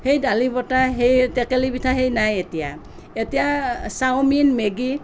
সেই দালিবতা সেই টেকেলি পিঠা নাই এতিয়া এতিয়া চাওমিন মেগী